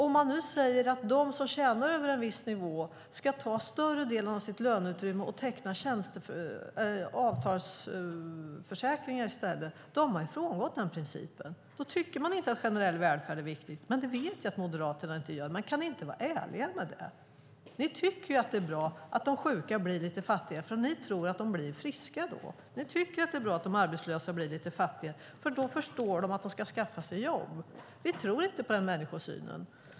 Om de som tjänar över en viss nivå ska använda större delen av sitt löneutrymme för att teckna avtalsförsäkringar har man frångått principen. Då tycker man inte att generell välfärd är viktig. Det vet jag att Moderaterna inte tycker. Kan ni inte vara ärliga med det? Ni tycker att det är bra att de sjuka blir lite fattiga eftersom ni tror att de då blir friska. Ni tycker att det är bra att de arbetslösa blir lite fattiga eftersom de då förstår att de ska skaffa sig jobb. Vi tror inte på den människosynen.